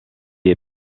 est